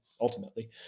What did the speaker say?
ultimately